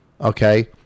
Okay